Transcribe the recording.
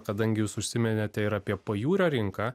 kadangi jūs užsiminėte ir apie pajūrio rinką